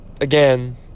again